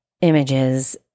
Images